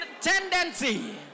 tendency